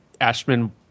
Ashman